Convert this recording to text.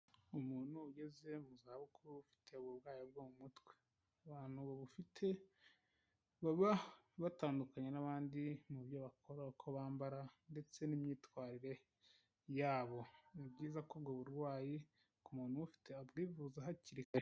Umuntu ugeze mu zabukuru ufite uburwayi bwo mu mutwe, abantu babufite baba batandukanye n'abandi mu byo bakora, uko bambara ndetse n'imyitwarire yabo, ni byiza ko ubwo burwayi ku muntu ubufite yabwivuza hakiri kare.